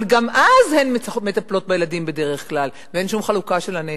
אבל גם אז הן בדרך כלל מטפלות בילדים ואין שום חלוקה של הנטל,